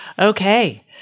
Okay